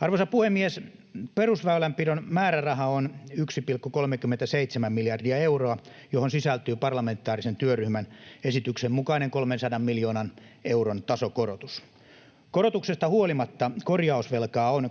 Arvoisa puhemies! Perusväylänpidon määräraha on 1,37 miljardia euroa, johon sisältyy parlamentaarisen työryhmän esityksen mukainen 300 miljoonan euron tasokorotus. Korotuksesta huolimatta korjausvelkaa on